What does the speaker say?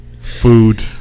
Food